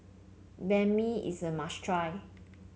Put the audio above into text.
Banh Mi is a must try